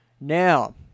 Now